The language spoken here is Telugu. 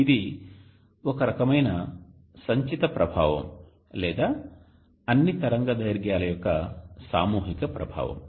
ఇది ఒక రకమైన సంచిత ప్రభావం లేదా అన్ని తరంగదైర్ఘ్యాల యొక్క సామూహిక ప్రభావం